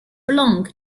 belong